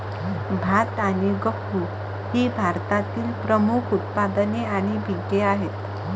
भात आणि गहू ही भारतातील प्रमुख उत्पादने आणि पिके आहेत